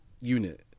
unit